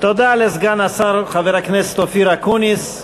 תודה לסגן השר חבר הכנסת אופיר אקוניס,